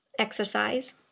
Exercise